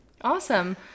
Awesome